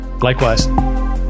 Likewise